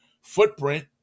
footprint